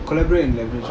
collaborate